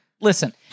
Listen